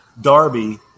Darby